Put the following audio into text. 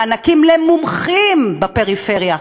מענקים למומחים בפריפריה.